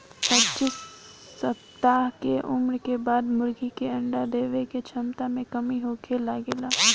पच्चीस सप्ताह के उम्र के बाद मुर्गी के अंडा देवे के क्षमता में कमी होखे लागेला